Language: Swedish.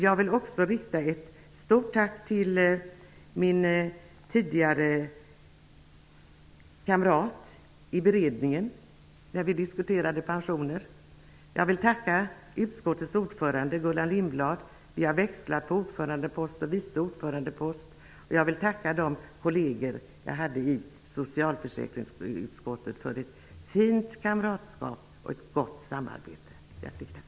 Jag vill också rikta ett stort tack till min tidigare kamrat i beredningen där vi diskuterade pensioner. Jag vill tacka utskottets ordförande, Gullan Lindblad. Vi har växlat på ordförande och viceordförandeposterna. Jag vill tacka de kolleger jag har haft i socialförsäkringsutskottet för ett fint kamratskap och ett gott samarbete. Hjärtligt tack!